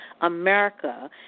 America